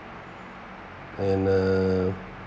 and uh